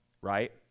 right